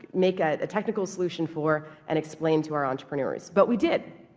make a technical solution for and explain to our entrepreneurs, but we did.